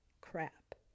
crap